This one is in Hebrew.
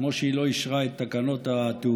כמו שהיא לא אישרה את תקנות התעופה,